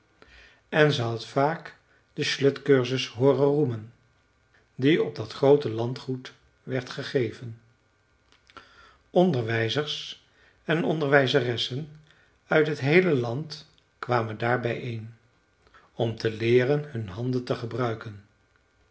en ze had vaak den slöjdcursus hooren roemen die op dat groote landgoed werd gegeven onderwijzers en onderwijzeressen uit het heele land kwamen daar bijeen om te leeren hun handen te gebruiken